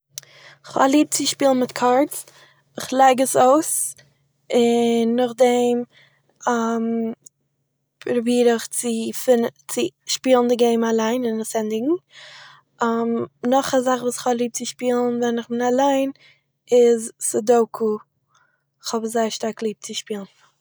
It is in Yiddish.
כ'האב ליב צו שפילן מיט קארדס, כ'לייג עס אויס, און נאכדעם, פרוביר איך צו פינ- צו שפילן די געים אליין און עס ענדיגן. נאך א זאך וואס איך האב ליב צו שפילן ווען איך בין אליין איז, סאדאקו, כ'האב עס זייער ליב צו שפילן